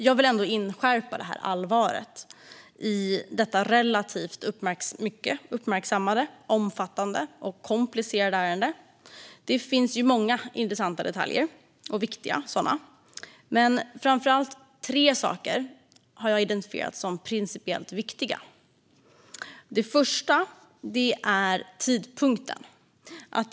Jag vill ändå inskärpa allvaret i detta mycket uppmärksammade, omfattande och komplicerade ärende. Det finns många intressanta och viktiga detaljer, och jag har identifierat tre saker som principiellt viktiga. Den första är tidpunkten.